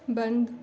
बंद